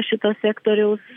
šito sektoriaus